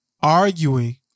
arguing